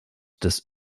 des